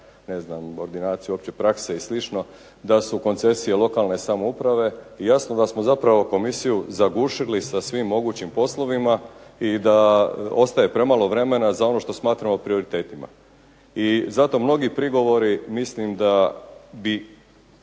liječnika, ordinaciju opće prakse i slično da su koncesije lokalne samouprave i jasno da smo zapravo komisiju zagušili sa svim mogućim poslovima i da ostaje premalo vremena za ono što smatramo prioritetima. I zato mnogi prigovori mislim da bi